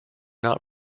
not